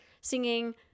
singing